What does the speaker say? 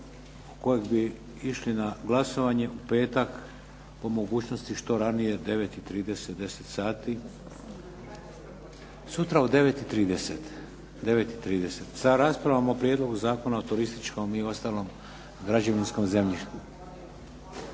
kojeg bi išli na glasovanje u petak, po mogućnosti što ranije, 9,30, 10 sati. Sutra u 9,30 sa raspravom o Prijedlogu zakona o turističkom i ostalom građevinskom zemljištu.